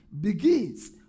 begins